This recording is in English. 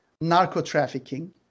narco-trafficking